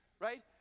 right